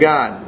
God